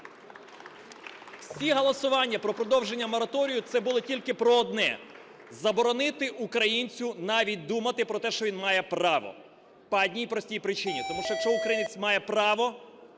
всі голосування про продовження мораторію це було тільки про одне – заборонити українцю навіть думати про те, що він має право. По одній простій причині. Тому що, якщо українець має право,